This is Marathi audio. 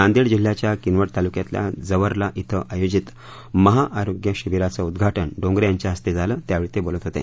नांदेड जिल्ह्याच्या किनवट तालुक्यातल्या जवरला शि आयोजित महाआरोग्य शिबिराचं उद्घाटन डोंगरे यांच्या हस्ते झालं त्यावेळी ते बोलत होते